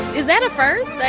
is that a first?